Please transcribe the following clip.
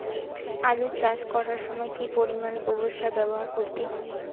আলু চাষ করার সময় কি পরিমাণ গোবর সার ব্যবহার করতে হবে?